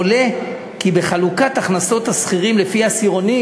עולה כי בחלוקת הכנסות השכירים לפי עשירונים